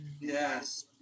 Yes